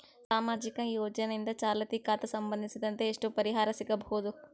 ಸಾಮಾಜಿಕ ಯೋಜನೆಯಿಂದ ಚಾಲತಿ ಖಾತಾ ಸಂಬಂಧಿಸಿದಂತೆ ಎಷ್ಟು ಪರಿಹಾರ ಸಿಗಬಹುದು?